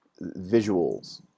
visuals